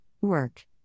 work